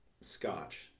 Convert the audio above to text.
scotch